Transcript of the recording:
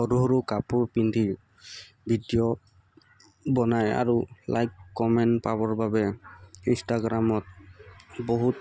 সৰু সৰু কাপোৰ পিন্ধি ভিডিঅ' বনায় আৰু লাইক কমেণ্ট পাবৰ বাবে ইনষ্টাগ্ৰামত বহুত